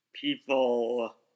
People